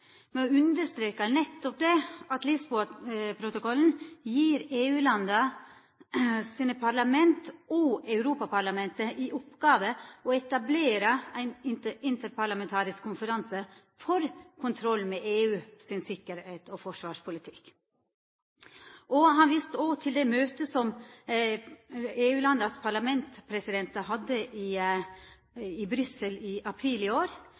med å understreka nettopp det at Lisboa-protokollen gjev EU-landa sine parlament og Europaparlamentet i oppgåve å etablera ein interparlamentarisk konferanse for kontroll med EU sin tryggleiks- og forsvarspolitikk. Han viste òg til det møtet som EU-landas parlament hadde i Brussel i april i år,